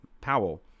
Powell